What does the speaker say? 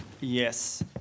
Yes